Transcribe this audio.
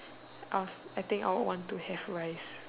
of I think I would want to have rice